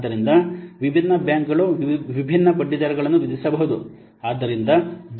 ಆದ್ದರಿಂದ ವಿಭಿನ್ನ ಬ್ಯಾಂಕುಗಳು ವಿಭಿನ್ನ ಬಡ್ಡಿದರಗಳನ್ನು ವಿಧಿಸಬಹುದು